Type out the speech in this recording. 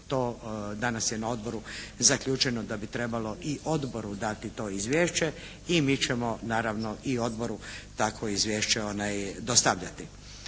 to danas je na odboru zaključeno da bi trebalo i odboru dati to izvješće i mi ćemo naravno i odboru takvo izvješće dostavljati.